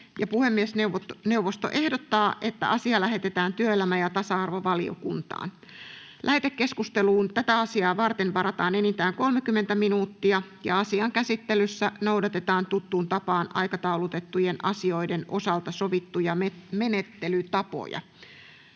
Puhemiesneuvosto ehdottaa, että asia lähetetään työelämä- ja tasa-arvovaliokuntaan. Lähetekeskusteluun tätä asiaa varten varataan enintään 30 minuuttia. Asian käsittelyssä noudatetaan tuttuun tapaan aikataulutettujen asioiden osalta sovittuja menettelytapoja.